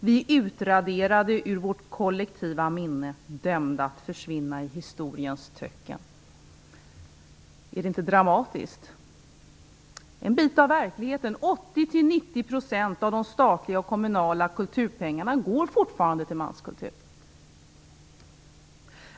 Vi är utraderade ur vårt kollektiva minne, dömda att försvinna i historiens töcken. Är det inte dramatiskt? Jag skall nämna något av verkligheten. 80-90 % av de statliga och kommunala kulturpengarna går fortfarande till manskultur.